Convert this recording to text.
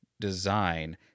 design